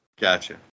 Gotcha